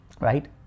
right